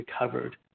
recovered